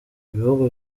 ibihugu